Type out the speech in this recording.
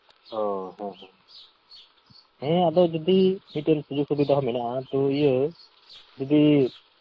ᱚ ᱦᱮᱸ ᱦᱮᱸ ᱦᱮᱸ ᱟᱫᱚ ᱡᱩᱫᱤ ᱢᱤᱫᱴᱮᱱ ᱥᱩᱡᱳᱜᱽ ᱥᱩᱵᱤᱫᱷᱟ ᱦᱚᱸ ᱢᱮᱱᱟᱜᱼᱟ ᱛᱚ ᱤᱭᱟᱹ ᱡᱩᱫᱤ